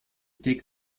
take